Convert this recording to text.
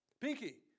pinky